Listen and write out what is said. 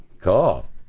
Cool